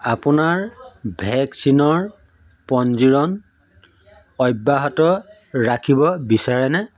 আপোনাৰ ভেকচিনৰ পঞ্জীয়ন অব্যাহত ৰাখিব বিচাৰেনে